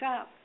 up